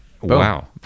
Wow